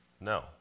No